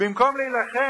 במקום להילחם